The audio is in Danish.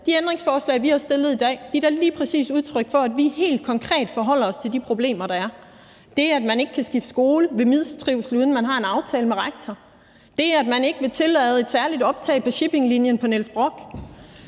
De ændringsforslag, vi har stillet i dag, er da lige præcis udtryk for, at vi helt konkret forholder os til de problemer, der er. Det, at man ikke kan skifte skole ved mistrivsel, uden at man har en aftale med rektor, og det, at man ikke vil tillade et særligt optag på shippinglinjen på Niels Brock